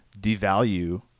devalue